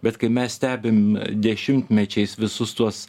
bet kai mes stebim dešimtmečiais visus tuos